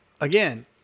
again